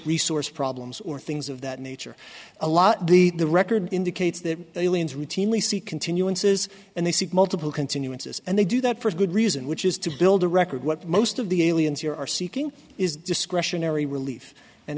resource problems or things of that nature a lot the the record indicates that aliens routinely see continuances and they see multiple continuances and they do that for a good reason which is to build a record what most of the aliens here are seeking is discretionary relief and